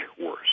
worse